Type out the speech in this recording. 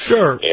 Sure